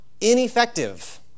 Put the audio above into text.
ineffective